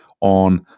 on